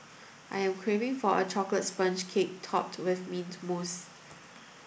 I am craving for a chocolate sponge cake topped with mint mousse